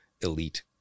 elite